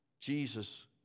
Jesus